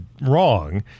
wrong